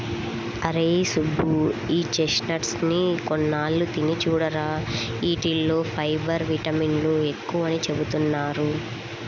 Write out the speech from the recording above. అరేయ్ సుబ్బు, ఈ చెస్ట్నట్స్ ని కొన్నాళ్ళు తిని చూడురా, యీటిల్లో ఫైబర్, విటమిన్లు ఎక్కువని చెబుతున్నారు